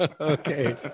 Okay